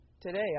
today